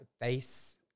face